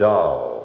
Doll